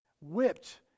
Whipped